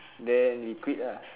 then we quit ah